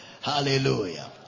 Hallelujah